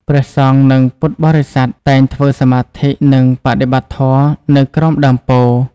ព្រះសង្ឃ និងពុទ្ធបរិស័ទតែងធ្វើសមាធិ និងបដិបត្តិធម៌នៅក្រោមដើមពោធិ៍។